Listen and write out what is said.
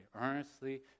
Earnestly